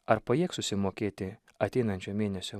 ar pajėgs susimokėti ateinančio mėnesio